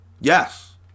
Yes